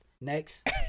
Next